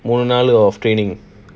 ஒரு நாள்:oru naal of training